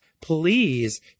please